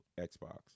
Xbox